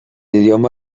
idioma